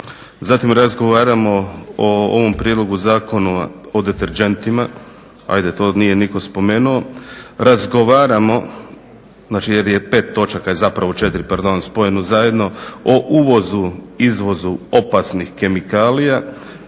Zatim, razgovaramo o ovom Prijedlogu Zakona o deterdžentima. Hajde to nitko nije spomenuo. Razgovaramo, znači jer je 5 točaka zapravo 4 pardon spojeno zajedno o uvozu, izvozu opasnih kemikalijama